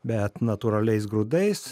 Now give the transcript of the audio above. bet natūraliais grūdais